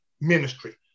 ministry